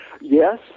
Yes